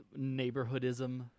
neighborhoodism